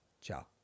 Ciao